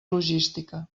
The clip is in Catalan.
logística